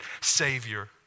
Savior